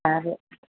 आरो